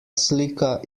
slika